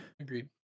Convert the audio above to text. agreed